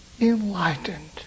enlightened